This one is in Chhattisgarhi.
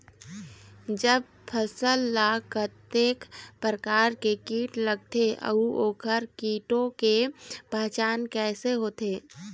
जब फसल ला कतेक प्रकार के कीट लगथे अऊ ओकर कीटों के पहचान कैसे होथे?